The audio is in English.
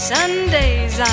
Sundays